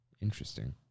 Interesting